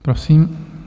Prosím.